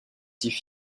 petit